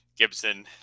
gibson